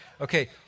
Okay